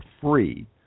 free